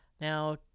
Now